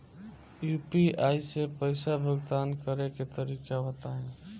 UPI से पईसा भुगतान करे के तरीका बताई?